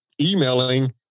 emailing